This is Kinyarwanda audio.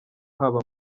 haba